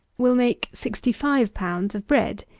will make sixty-five pounds of bread,